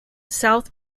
south